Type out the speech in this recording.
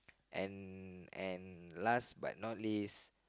and and last but not least